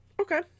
Okay